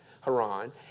Haran